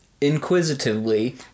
inquisitively